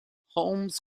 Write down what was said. holmes